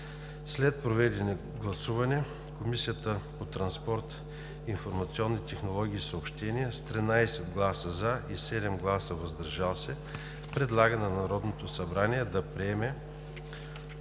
След проведеното гласуване Комисията по транспорт, информационни технологии и съобщения с 13 гласа „за” и 7 гласа „въздържал се“ предлага на Народното събрание да приеме